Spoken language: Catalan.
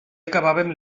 acabàvem